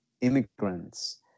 immigrants